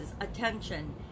attention